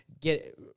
get